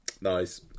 nice